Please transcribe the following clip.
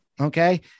okay